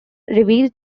revealed